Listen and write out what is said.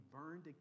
burned